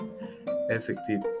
effective